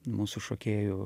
mūsų šokėjų